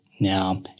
Now